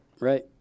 right